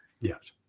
Yes